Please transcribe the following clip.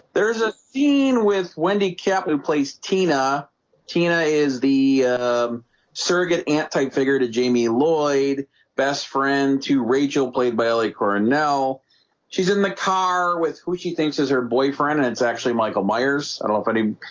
there's a scene with wendy captain placed tina tina is the surrogate aunt type figure to jamie lloyd best friend rachel played by lee cornell she's in the car with who she thinks is her boyfriend. and it's actually michael myers. i don't find him.